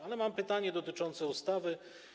Ale mam pytanie dotyczące ustawy.